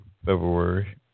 February